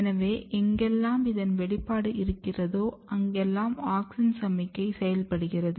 எனவே எங்கெல்லாம் இதன் வெளிப்பாடு இருக்கிறதோ அங்கெல்லாம் ஆக்ஸின் சமிக்ஞை செயல்படுகிறது